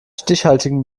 stichhaltigen